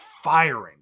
firing